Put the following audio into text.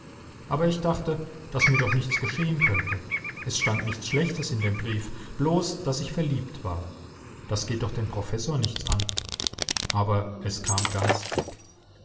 aber ich dachte daß mir doch nichts geschehen könnte es stand nichts schlechtes in dem brief bloß daß ich verliebt war das geht doch den professor nichts an aber es kam ganz dick